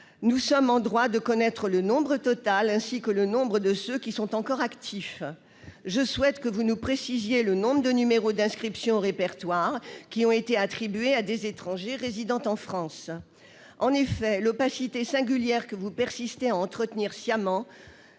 Nous sommes en droit de connaître le nombre total de ces numéros et le nombre de ceux qui sont encore actifs. Je souhaite aussi que vous nous précisiez le nombre de numéros d'inscription au répertoire qui ont été attribués à des étrangers résidant en France. En effet, l'opacité singulière que vous persistez à entretenir sciemment